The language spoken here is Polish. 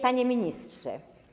Panie Ministrze!